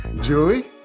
Julie